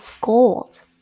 gold